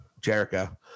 Jericho